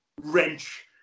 wrench